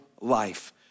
life